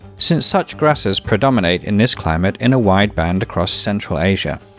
since such grasses predominate in this climate in a wide band across central asia.